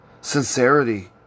Sincerity